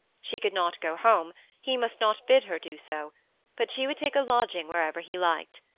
she could not go home he must not bid her do so but she would take a lodging wherever he liked.